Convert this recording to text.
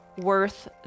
worth